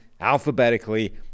alphabetically